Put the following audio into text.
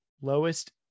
lowest